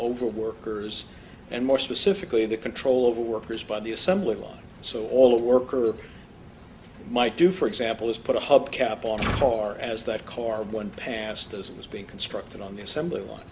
over workers and more specifically the control of workers by the assembly line so all of worker might do for example has put a hub cap on the car as that car going past as it was being constructed on the assembly line